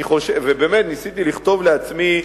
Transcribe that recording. ובאמת ניסיתי לכתוב לעצמי,